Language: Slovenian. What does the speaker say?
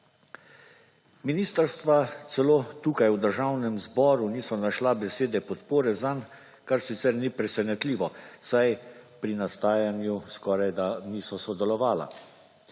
Ministrstva celo tukaj v Državnem zboru nista našla besede podpore zanj, kar sicer ni presenetljivo, saj pri nastajanju skoraj, da nisva sodelovala.